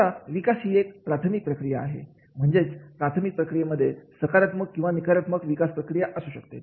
आता विकास ही एक प्राथमिक प्रक्रिया आहे म्हणजेच प्राथमिक प्रक्रियेमध्ये सकारात्मक किंवा नकरात्मक विकास प्रक्रिया असू शकते